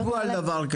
חשבו על זה,